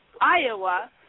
Iowa